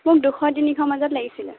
মোক দুশ তিনিশৰ মাজত লাগিছিলে